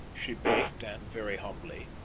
she begged and very humbly,